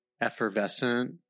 effervescent